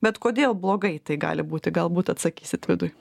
bet kodėl blogai tai gali būti galbūt atsakysit vidui